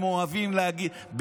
הם אוהבים להגיד,